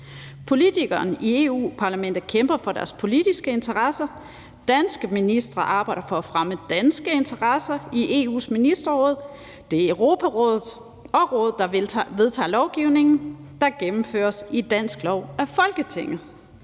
Politikerne i Europa-Parlamentet kæmper for deres politiske interesser, danske ministre arbejder for at fremme danske interesser i EU's Ministerråd. Det er Europarådet og Rådet, der vedtager lovgivningen, der gennemføres i dansk lov af Folketinget.